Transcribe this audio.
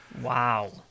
Wow